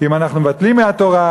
אם אנחנו מבטלים מהתורה,